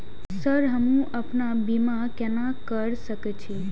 Sir हमू अपना बीमा केना कर सके छी?